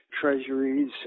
treasuries